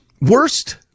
worst